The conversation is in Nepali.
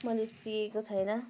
मैले सिकेको छैन